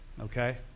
Okay